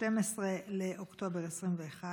12 באוקטובר 2021,